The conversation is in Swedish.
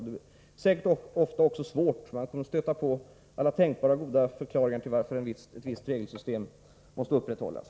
Ofta kan det vara svårt, för man stöter på alla tänkbara goda förklaringar till att vissa regelsystem måste upprätthållas.